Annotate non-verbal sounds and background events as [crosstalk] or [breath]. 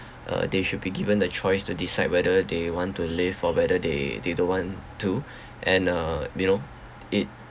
uh they should be given the choice to decide whether they want to live or whether they they don't want to [breath] and uh you know it